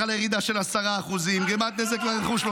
חלה ירידה של 10%; גרימת נזק לרכוש,